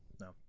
No